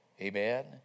Amen